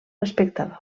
espectador